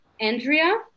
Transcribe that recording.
Andrea